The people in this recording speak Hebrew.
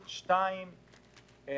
שניים,